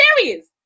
serious